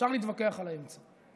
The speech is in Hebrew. אפשר להתווכח על האמצע.